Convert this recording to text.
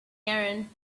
erin